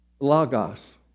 lagos